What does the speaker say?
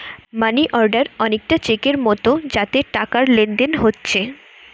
মানি order অনেকটা চেকের মতো যাতে টাকার লেনদেন হোচ্ছে